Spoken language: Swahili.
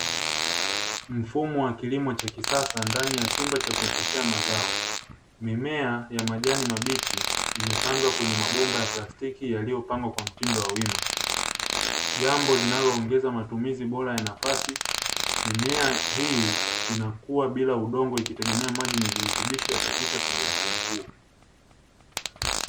Mfumo wa kilimo cha kisasa ndani ya chumba cha kuoteshea mazao, Mimea ya majani mabichi imepandwa kwenye mabomba ya plastiki yaliyo pangwa kwa mtindo wa wima. Jambo linalo ongeza matumizi bora ya nafasi, mimea hii inakuwa bila udongo ikitegemea virutubisho yatapita kwenye mfumo huo.